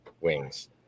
wings